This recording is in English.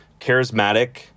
charismatic